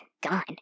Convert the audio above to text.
gone